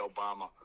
Obama